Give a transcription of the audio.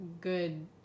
good